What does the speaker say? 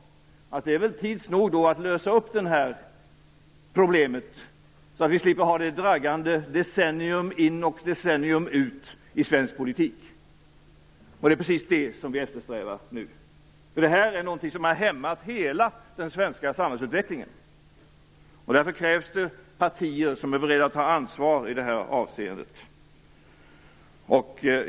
Det är väl tid nu att lösa det problemet, så att vi slipper ha det draggande decennium in och decennium ut i svensk politik. Det är precis det som vi just nu eftersträvar. Det här är ju något som har hämmat hela den svenska samhällsutvecklingen. Därför krävs det partier som är beredda att ta ansvar i detta avseende.